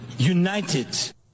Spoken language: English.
United